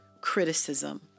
criticism